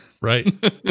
right